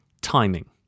Timing